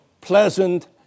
pleasant